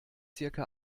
circa